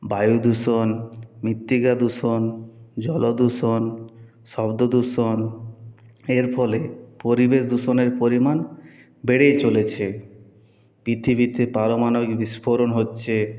বায়ুদূষণ মৃত্তিকা দূষণ জলদূষণ শব্দদূষণ এর ফলে পরিবেশ দূষণের পরিমাণ বেড়েই চলেছে পৃথিবীতে পারমাণবিক বিস্ফোরণ হচ্ছে